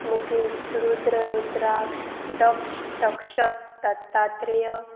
Mukesh Rudra Rudraksh Daksh Daksh Dattatreya